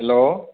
hello